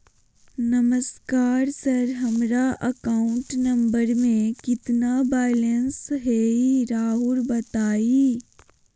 नमस्कार सर हमरा account number में कितना बैलेंस हेई राहुर बताई?